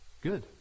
Good